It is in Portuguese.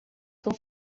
são